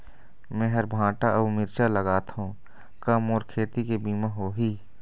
मेहर भांटा अऊ मिरचा लगाथो का मोर खेती के बीमा होही?